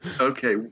Okay